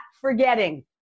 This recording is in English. forgetting